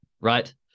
Right